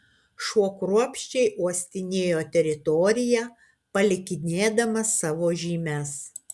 šuo kruopščiai uostinėjo teritoriją palikinėdamas savo žymes